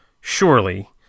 surely